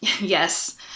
Yes